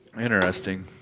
Interesting